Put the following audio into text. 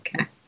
okay